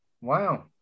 Wow